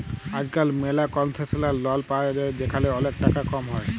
আজকাল ম্যালা কনসেশলাল লল পায়া যায় যেখালে ওলেক টাকা কম হ্যয়